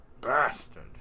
bastard